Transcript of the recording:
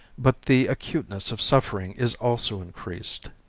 but the acuteness of suffering is also increased.